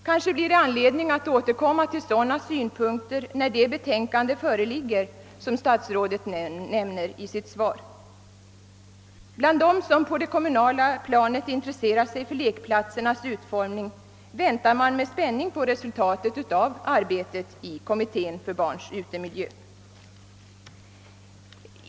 Kanske blir det anledning att återkomma till sådana synpunkter när det betänkande föreligger som statsrådet nämner i sitt svar. Bland dem på det kommunala planet som intresserar sig för lekplatsernas utformning väntar man med spänning på resultatet av arbetet i kommittén för barns utemiljö.